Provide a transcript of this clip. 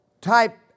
type